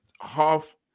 half